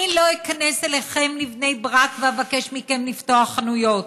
אני לא איכנס אליכם לבני ברק ואבקש מכם לפתוח חנויות,